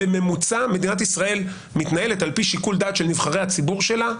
בממוצע מדינת ישראל מתנהלת על פי שיקול דעת של נבחרי הציבור שלה,